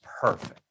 perfect